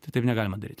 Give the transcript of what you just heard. tai taip negalima daryt